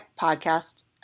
podcast